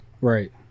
right